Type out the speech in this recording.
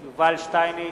שטייניץ,